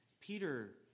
Peter